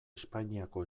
espainiako